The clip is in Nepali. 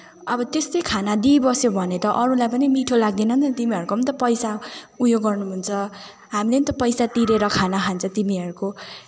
अब त्यस्तै खाना दिइबस्यो भने त अरूलाई पनि मिठो लाग्दैन नि त तिनीहरूको पनि त पैसा उयो गर्नुहुन्छ हामीले पनि त पैसा तिरेर खाना खान्छ तिमीहरूको